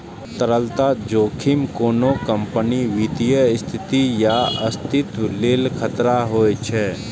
तरलता जोखिम कोनो कंपनीक वित्तीय स्थिति या अस्तित्वक लेल खतरा होइ छै